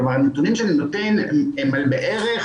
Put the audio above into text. כלומר הנתונים שאני נותן הם על בערך